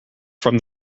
from